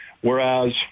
Whereas